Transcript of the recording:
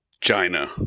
China